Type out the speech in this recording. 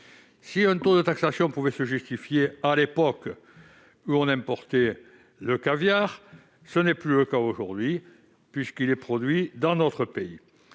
Si ce taux pouvait se justifier à l'époque où l'on importait le caviar, ce n'est plus le cas aujourd'hui, puisqu'il est produit dans notre pays.